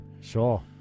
sure